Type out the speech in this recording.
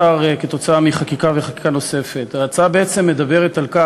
אני קובע כי הצעת החוק אושרה בקריאה טרומית ותועבר לוועדת